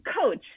coach